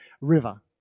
River